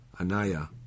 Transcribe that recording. Anaya